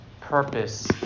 purpose